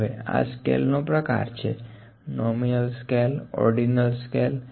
હવે આં સ્કેલ નો પ્રકાર છે નોમિનલ સ્કેલ ઓર્ડીનલ સ્કેલ